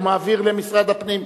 הוא מעביר למשרד הפנים.